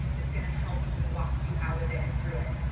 that's going to help walk you out of it and through it.